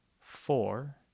four